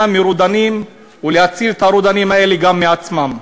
מרודנים ולהציל את הרודנים האלה גם מעצמם.